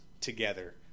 together